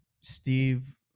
Steve